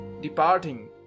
departing